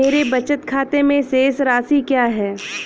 मेरे बचत खाते में शेष राशि क्या है?